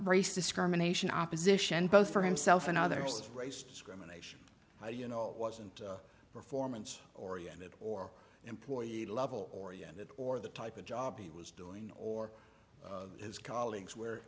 race discrimination opposition both for himself and others race discrimination you know it wasn't performance oriented or employee level oriented or the type of job he was doing or his colleagues where